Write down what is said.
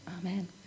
amen